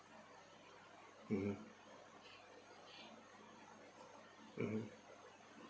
mmhmm mmhmm